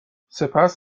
سپس